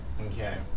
Okay